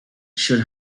should